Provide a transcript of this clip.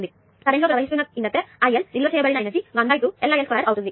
కాబట్టి కరెంట్ లో ప్రవహిస్తున్న ఇండెక్టర్ IL నిల్వ చేయబడిన ఎనర్జీ 12LIL2 అవుతుంది